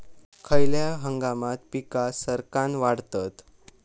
खयल्या हंगामात पीका सरक्कान वाढतत?